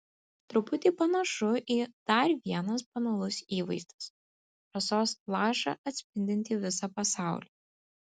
truputį panašu į dar vienas banalus įvaizdis rasos lašą atspindintį visą pasaulį